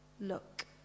look